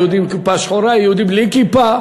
יהודי עם כיפה שחורה או יהודי בלי כיפה.